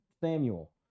samuel